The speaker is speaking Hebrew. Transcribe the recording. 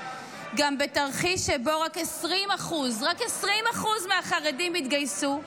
גם בתרחיש שבו רק 20% רק 20% מהחרדים יתגייסו,